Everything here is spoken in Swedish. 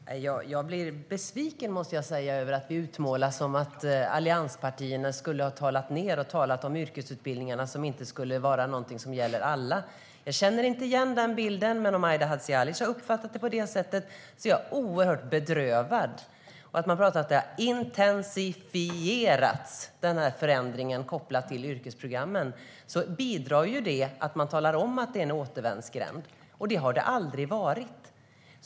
Herr talman! Jag blir besviken över att det utmålas som att allianspartierna skulle ha talat ned utbildningen för människor och talat om yrkesutbildningarna som något som inte gäller alla. Jag känner inte igen den bilden. Men om Aida Hadzialic har uppfattat det på det sättet är jag oerhört bedrövad. När man talar om att problemen har intensifierats av förändringen kopplad till yrkesprogrammen bidrar det till att man talar om att det är en återvändsgränd. Det har det aldrig varit.